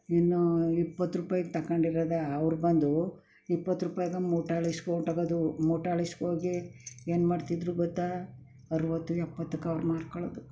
ಇನ್ನೂ ಇಪ್ಪತ್ರೂಪಾಯ್ಗೆ ತಗೊಂಡಿರೋದಾ ಅವ್ರು ಬಂದು ಇಪ್ಪತ್ರೂಪಾಯ್ಗರ ಮೂಟೆ ಅಳಿಸ್ಕೊ ಹೊರ್ಟೋಗೋದು ಮೂಟೆ ಅಳಿಸ್ಕೊ ಹೋಗಿ ಏನು ಮಾಡ್ತಿದ್ದರು ಗೊತ್ತಾ ಅರವತ್ತು ಎಪ್ಪತ್ತಕ್ಕೂ ಅವ್ರು ಮಾರ್ಕೊಳ್ಳೋದು